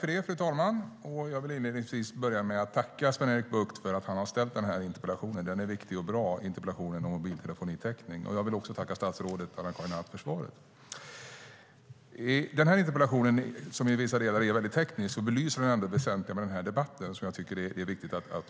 Fru talman! Jag vill inledningsvis tacka Sven-Erik Bucht för att han väckte interpellationen. Interpellationen om mobiltelefonitäckning är viktig och bra. Jag vill också tacka statsrådet Anna-Karin Hatt för svaret. Denna interpellation är i vissa delar teknisk. Den belyser ändå det väsentliga med debatten -